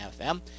FM